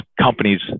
companies